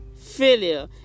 Failure